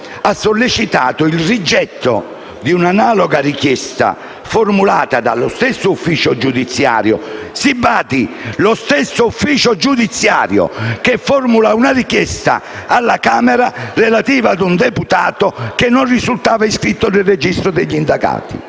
ha sollecitato il rigetto di una analoga richiesta formulata dallo stesso ufficio giudiziario. Si badi: lo stesso ufficio giudiziario formula una richiesta alla Camera relativa a un deputato che non risultava iscritto nel registro degli indagati.